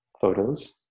photos